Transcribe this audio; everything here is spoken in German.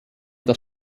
das